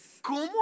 ¿Cómo